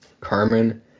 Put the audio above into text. Carmen